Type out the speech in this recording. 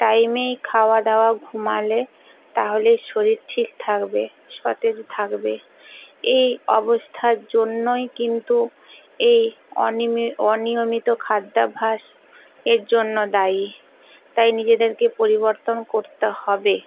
টাইমেই খাওয়া দাওয়া ঘুমোলে তাহলে শরীর ঠিক থাকবে সতেজ থাকবে এই অবস্থার জন্যই কিন্তু এই অনিয়মিত খাদ্যাভ্যাস এর জন্য দায়ী তাই নিজেদেরকে পরিবর্তন করতে হবে